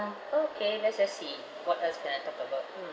ah okay let's just see what else can I talk about mm